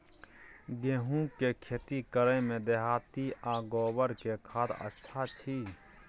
गेहूं के खेती करे में देहाती आ गोबर के खाद अच्छा छी?